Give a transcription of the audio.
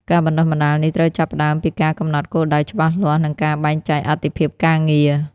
ការបណ្តុះបណ្តាលនេះត្រូវចាប់ផ្តើមពីការកំណត់គោលដៅច្បាស់លាស់និងការបែងចែកអាទិភាពការងារ។